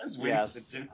Yes